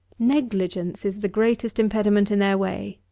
negligence is the greatest impediment in their way.